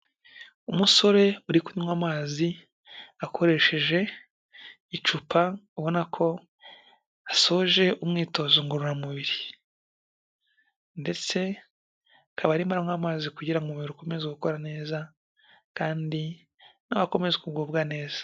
Umusore uri kunywa amazi akoresheje icupa ubona ko asoje umwitozo ngororamubiri ndetse akaba arimo aranywa amazi kugira ngo umubiri ukomeze gukora neza kandi nawe akomeze kugubwa neza.